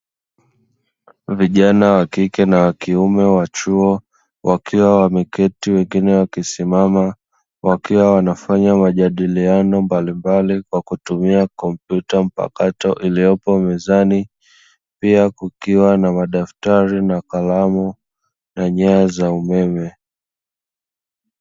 Vijana wa kike na wa kiume wa chuo wakiwa wameketi wengine wamesimama, wakiwa wanafanya majadiliano mbali mbali kwa kutumia kompyuta mpakato iliyopo mezani, pia kukiwa na madaftari na kalamu na nyaya za umeme.